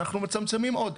אנחנו מצמצמים עוד.